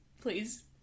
please